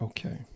Okay